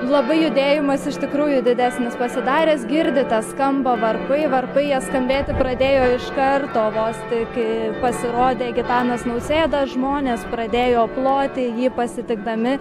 labai judėjimas iš tikrųjų didesnis pasidaręs girdite skamba varpai varpai jie skambėti pradėjo iš karto vos tik pasirodė gitanas nausėda žmonės pradėjo ploti jį pasitikdami